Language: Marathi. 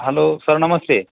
hello sir Namaste